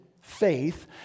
faith